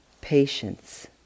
patience